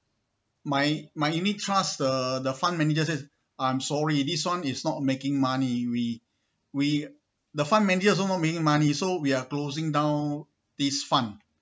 my my unit trust the the fund manager says I'm sorry this one is not making money we we the fund manager also not making money so we are closing down this fund